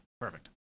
Perfect